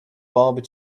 barber